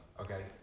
Okay